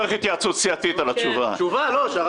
אני מצטרף להצעה שלך לזמן את מנכ"ל משרד